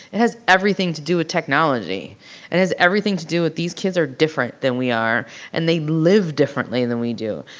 has everything to do with technology and has everything to do with these kids are different than we are and they live differently than we do.